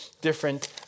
different